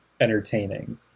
entertaining